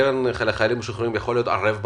האם הקרן לחיילים משוחררים יכולה להיות ערבה בחוזה?